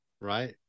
right